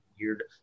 weird